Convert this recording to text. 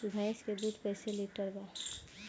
भैंस के दूध कईसे लीटर बा?